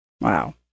Wow